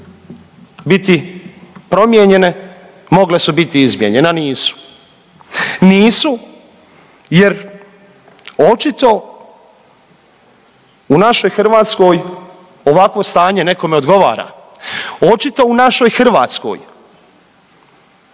biti promijenjene, mogle su biti izmijenjene, a nisu. Nisu jer očito u našoj Hrvatskoj ovakvo stanje nekome odgovara, očito u našoj Hrvatskoj